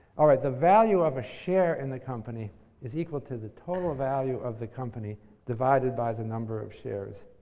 all right, the value of a share in the company is equal to the total value of the company divided by the number of shares.